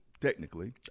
technically